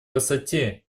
высоте